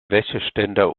wäscheständer